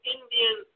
Indian